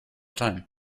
time